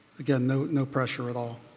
again no no pressure at all.